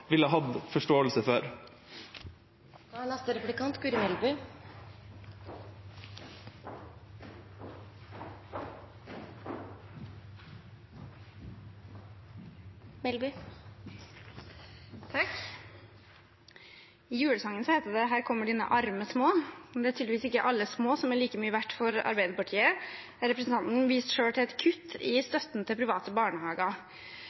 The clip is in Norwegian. ville hatt forståelse for. I julesangen heter det «her kommer dine arme små», men det er tydeligvis ikke alle små som er like mye verdt for Arbeiderpartiet. Representanten viste selv til et kutt i støtten til private barnehager.